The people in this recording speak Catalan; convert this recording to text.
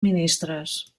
ministres